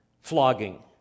flogging